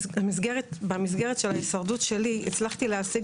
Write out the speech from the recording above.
במסגרת של ההישרדות שלי הצלחתי להשיג